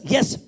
Yes